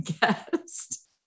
guest